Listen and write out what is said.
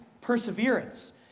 perseverance